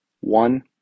One